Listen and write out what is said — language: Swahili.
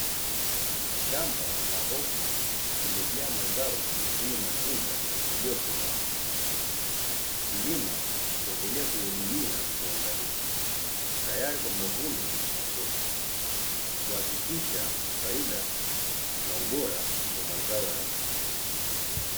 Shamaba la hoho limejaa mazao yenye matunda yaliokomaa. Wakulima wakiendelea kuhudumia kwa uangalifu, tayari kwa mavuno na soko kuhakikisha faida na ubora wa mazao hayo.